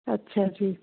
ਅੱਛਾ ਜੀ